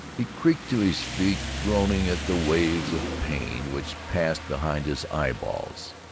he creaked to his feet, groaning at the waves of pain which passed behind his eyeballs.